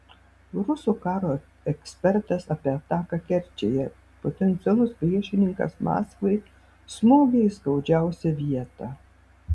rusų karo ekspertas apie ataką kerčėje potencialus priešininkas maskvai smogė į skaudžiausią vietą